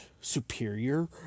superior